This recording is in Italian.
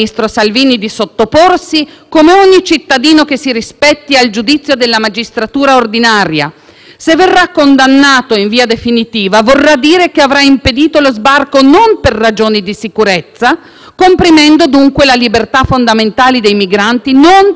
Se verrà condannato in via definitiva, vorrà dire che non avrà impedito lo sbarco per ragioni di sicurezza, comprimendo le libertà fondamentali dei migranti non per un motivo lecito, ma per ragioni politiche. Non dobbiamo però essere noi a stabilire questo,